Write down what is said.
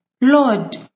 Lord